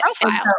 profile